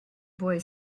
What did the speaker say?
boy